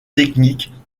techniques